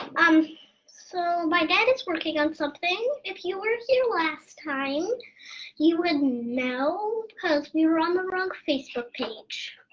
um so my dad is working on something, if you were here last time you would know cuz we were on the wrong facebook page.